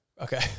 Okay